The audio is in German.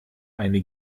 eine